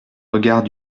regards